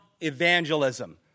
evangelism